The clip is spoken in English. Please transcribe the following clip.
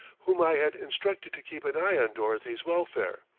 whom i had instructed to keep an eye on dorothy's welfare.